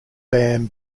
bam